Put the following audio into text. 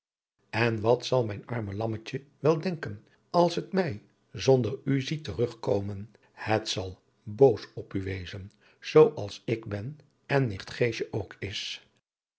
en wat zal mijn arme lammetje wel denken als het mij zonder u ziet terugkomen het zal boos op u wezen zoo als ik ben en nicht geesje ook is